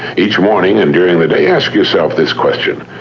each morning and during the day, ask yourself this question.